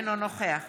אינו נוכח